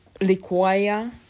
require